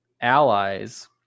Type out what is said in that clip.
allies